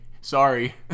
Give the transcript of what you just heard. Sorry